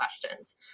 questions